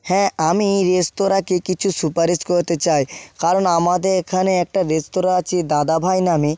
হ্যাঁ আমি রেস্তোরাঁকে কিছু সুপারিশ করতে চাই কারণ আমাদের এখানে একটা রেস্তোরাঁ আছে দাদাভাই নামে